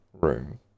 room